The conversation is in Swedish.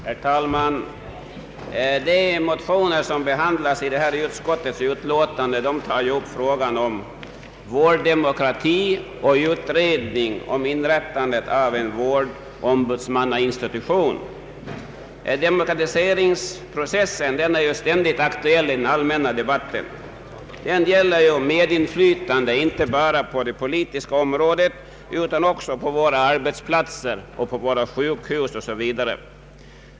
Herr talman! De motioner som behandlas i detta utlåtande tar upp frågan om vårddemokrati och en utredning om införande av en vårdombudsmannainstitution. Demokratiseringsprocessen är ständigt aktuell i den allmänna debatten. Den gäller ju medinflytande inte bara på det politiska området utan även på våra arbetsplatser, på våra sjukhus osv.